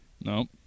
No